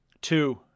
Two